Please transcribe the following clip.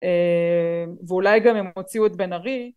ואולי גם הם הוציאו את בן ארי.